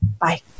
Bye